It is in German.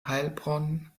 heilbronn